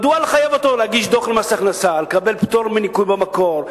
מדוע לחייב אותו להגיש דוח למס הכנסה ולקבל פטור מניכוי במקור,